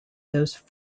those